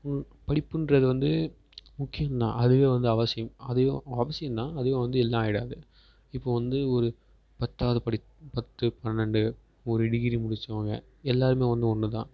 படிப்புன்றது வந்து முக்கியம் தான் அதுவே வந்து அவசியம் அதுவும் அவசியம் தான் அதுவே வந்து எல்லாம் ஆகிடாது இப்போ வந்து ஒரு பத்தாவது படி பத்து பன்னெண்டு ஒரு டிகிரி முடிச்சவங்க எல்லோருமே வந்து ஒன்றுதான்